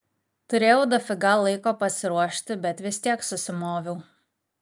turėjau dafiga laiko pasiruošti bet vis tiek susimoviau